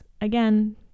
again